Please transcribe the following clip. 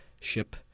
ship